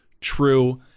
true